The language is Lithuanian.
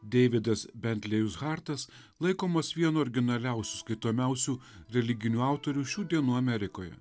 deividas bentlėjus hartas laikomas vienu originaliausių skaitomiausių religinių autorių šių dienų amerikoje